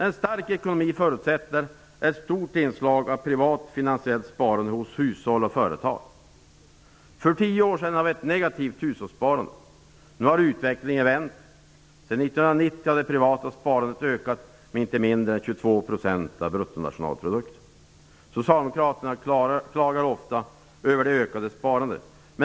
En stark ekonomi förutsätter ett stort inslag av privat finansiellt sparande hos hushåll och företag. För tio år sedan hade vi ett negativt hushållssparande. Nu har utvecklingen vänt. Sedan 1990 har det privata sparandet ökat med 22 % av bruttonationalprodukten. Socialdemokraterna klagar ofta över det ökade sparandet.